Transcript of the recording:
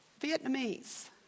Vietnamese